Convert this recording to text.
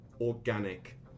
organic